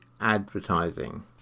advertising